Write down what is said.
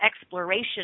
exploration